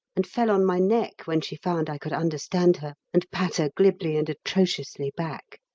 and fell on my neck when she found i could understand her, and patter glibly and atrociously back.